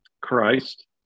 Christ